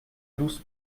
dous